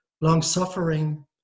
Long-suffering